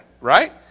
right